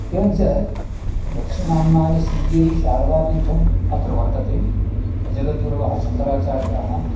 एवञ्च दक्षिणाम्नाय श्रिङ्गेरि शारदापीठम् अत्र वर्तते जगद्गुरवः शङ्कराचार्याः